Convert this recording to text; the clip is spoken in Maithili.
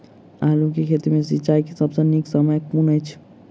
आलु केँ खेत मे सिंचाई केँ सबसँ नीक समय कुन अछि?